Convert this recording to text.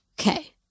Okay